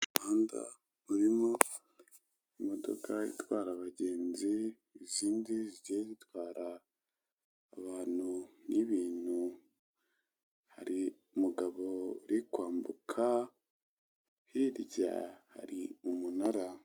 Umuhanda urimo imodoka itwara abagenzi, izindi zigiye zitwara abantu n'ibintu, hari umugabo uri kwambuka, hirya hari umunara.